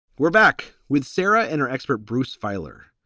we're back with sarah and our expert, bruce feiler.